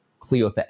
Cleotha